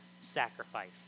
sacrifice